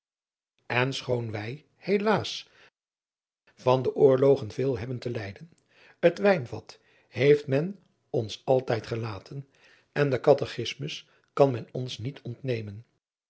n schoon wij helaas van de oorlogen veel hebben te lijden het ijnvat heeft men ons altijd gelaten en den atechismus kan men ons niet ontnemen